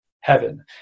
heaven